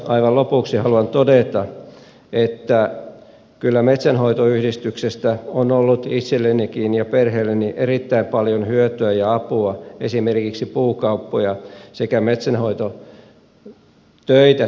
aivan lopuksi haluan todeta että kyllä metsänhoitoyhdistyksestä on ollut itsellenikin ja perheelleni erittäin paljon hyötyä ja apua esimerkiksi puukauppoja sekä metsänhoitotöitä tehdessä